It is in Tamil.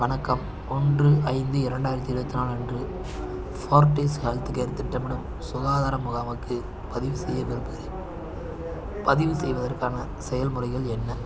வணக்கம் ஒன்று ஐந்து இரண்டாயிரத்தி இருபத்தி நாலு அன்று ஃபார்ட்டிஸ் ஹெல்த் கேர் திட்டமிடும் சுகாதார முகாமுக்கு பதிவு செய்ய விரும்புகிறேன் பதிவு செய்வதற்கான செயல்முறைகள் என்ன